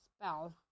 spell